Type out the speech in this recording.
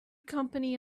company